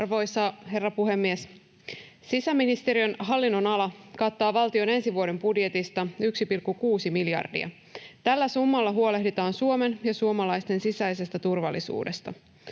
Arvoisa herra puhemies! Sisäministeriön hallinnonala kattaa valtion ensi vuoden budjetista 1,6 miljardia. Tällä summalla huolehditaan Suomen ja suomalaisten sisäisestä turvallisuudesta.